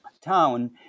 town